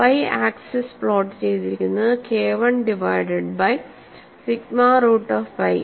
Y axis plot ചെയ്യുന്നത് KI divided by sigma root pi